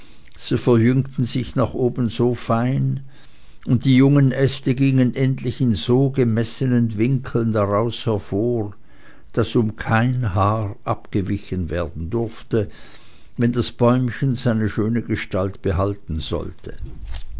verjüngten sich nach oben so fein und die jungen äste gingen endlich in so gemessenen winkeln daraus hervor daß um kein haar abgewichen werden durfte wenn das bäumchen seine schöne gestalt behalten sollte